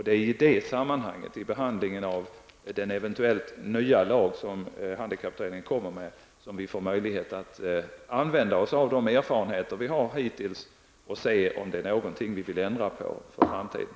Det är i det sammanhanget, i behandlingen av den eventuellt nya lag som handikapputredningen föreslår, som vi får möjlighet att använda oss av de erfarenheter vi hittills har och se om det är någonting vi vill ändra på för framtiden.